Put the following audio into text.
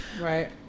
Right